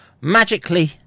Magically